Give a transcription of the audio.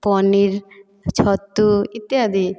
ପନୀର ଛତୁ ଇତ୍ୟାଦି